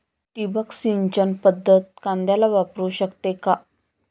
ठिबक सिंचन पद्धत कांद्याला वापरू शकते का?